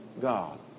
god